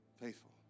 Faithful